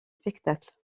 spectacles